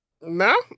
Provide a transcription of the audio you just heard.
No